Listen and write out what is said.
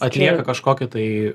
atlieka kažkokį tai